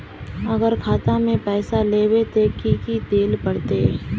अगर खाता में पैसा लेबे ते की की देल पड़ते?